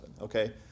okay